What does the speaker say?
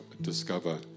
discover